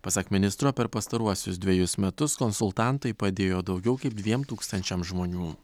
pasak ministro per pastaruosius dvejus metus konsultantai padėjo daugiau kaip dviem tūkstančiams žmonių